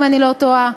אם אני לא טועה,